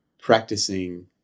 practicing